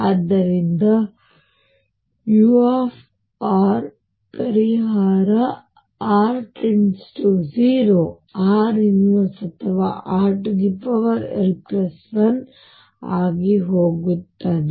ಆದ್ದರಿಂದ u ಪರಿಹಾರr 0 r l ಅಥವಾ rl1 ಆಗಿ ಹೋಗುತ್ತದೆ